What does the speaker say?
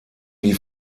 die